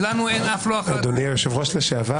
ולנו אין אף לא אחת --- אדוני היושב-ראש לשעבר,